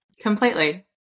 Completely